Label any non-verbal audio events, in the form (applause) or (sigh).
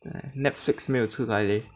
(noise) Netflix 没有出来 leh